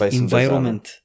environment